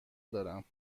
دارم